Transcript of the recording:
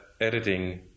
editing